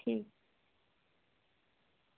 ठीक